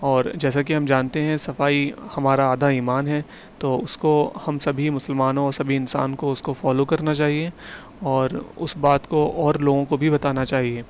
اور جیسا کہ ہم جانتے ہیں صفائی ہمارا آدھا ایمان ہے تو اس کو ہم سبھی مسلمانوں اور سبھی انسان کو اس کو فالو کرنا چاہیے اور اس بات کو اور لوگوں کو بھی بتانا چاہیے